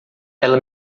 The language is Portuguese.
ela